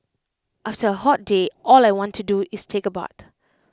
after A hot day all I want to do is take A bath